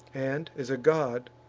and, as a god,